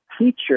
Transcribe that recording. teacher